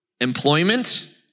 employment